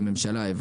כממשלה,